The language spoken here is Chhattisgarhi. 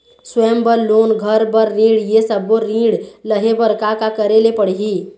स्वयं बर लोन, घर बर ऋण, ये सब्बो ऋण लहे बर का का करे ले पड़ही?